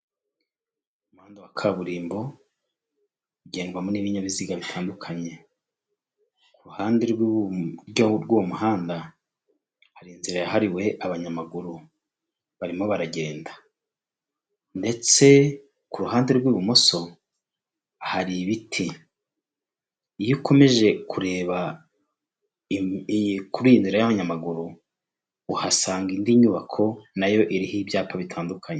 Umuhanda wa kaburimbo ugendwa n'ibinyabiziga bitandukanye ku ruhande rw'uwo muhanda hari inzira yahariwe abanyamaguru barimo baragenda, ndetse ku ruhande rw'ibumoso hari ibiti, iyo ukomeje kureba kuri iyi nzira y'abanyamaguru uhasanga indi nyubako nayo iriho ibyapa bitandukanye.